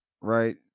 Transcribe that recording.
right